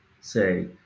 say